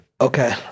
Okay